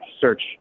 search